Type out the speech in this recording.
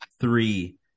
three